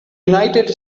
united